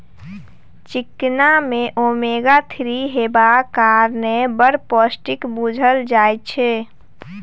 चिकना मे omega three हेबाक कारणेँ बड़ पौष्टिक बुझल जाइ छै